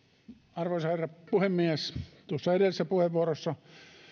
arvoisa herra puhemies edellisessä puheenvuorossani